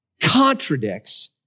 contradicts